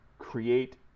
create